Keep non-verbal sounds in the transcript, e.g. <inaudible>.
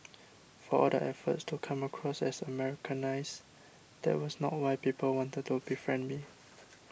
for all the efforts to come across as Americanised that was not why people wanted to befriend <noise> me